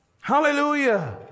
Hallelujah